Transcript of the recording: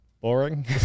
boring